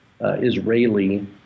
Israeli